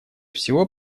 всего